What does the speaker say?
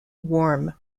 warm